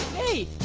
hey,